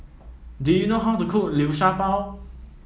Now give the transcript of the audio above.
do you know how to cook Liu Sha Bao